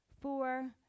four